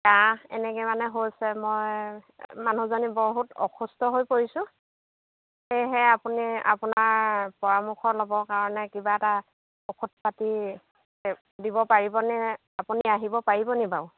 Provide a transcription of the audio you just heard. কাহ এনেকৈ মানে হৈছে মই মানুহজনী বহুত অসুস্থ হৈ পৰিছোঁ সেয়েহে আপুনি আপোনাৰ পৰামৰ্শ ল'বৰ কাৰণে কিবা এটা ঔষধ পাতি দিব পাৰিবনে আপুনি আহিব পাৰিব নি বাৰু